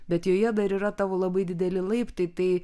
bet joje dar yra tavo labai dideli laiptai tai